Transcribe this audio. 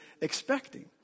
expecting